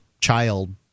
child